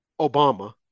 Obama